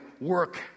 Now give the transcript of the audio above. work